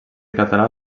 català